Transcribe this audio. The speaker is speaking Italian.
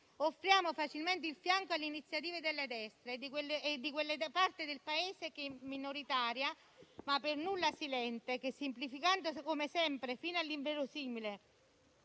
offriamo facilmente il fianco alle iniziative delle destre e di quella parte del Paese, che è minoritaria ma per nulla silente, che semplificando come sempre fino all'inverosimile